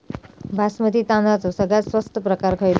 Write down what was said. बासमती तांदळाचो सगळ्यात स्वस्त प्रकार खयलो?